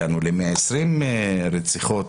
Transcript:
הגענו ל-120 רציחות